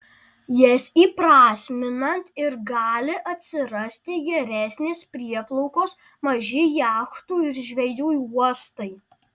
jas įprasminant ir gali atsirasti geresnės prieplaukos maži jachtų ir žvejų uostai